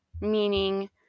meaning